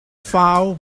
found